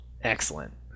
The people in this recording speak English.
Excellent